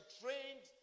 trained